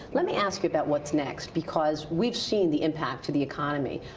let me ask you about what's next. because we've seen the impact to the economy.